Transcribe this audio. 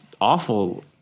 awful